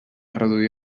reduir